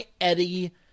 Eddie